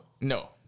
No